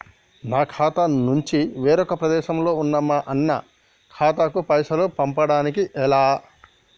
నా ఖాతా నుంచి వేరొక ప్రదేశంలో ఉన్న మా అన్న ఖాతాకు పైసలు పంపడానికి ఎలా?